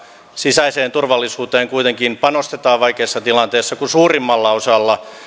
sisäiseen turvallisuuteen kuitenkin panostetaan vaikeissa tilanteissa kun suurimmalla osalla